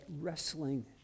wrestling